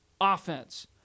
offense